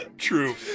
True